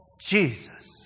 Jesus